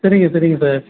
சரிங்க சரிங்க சார்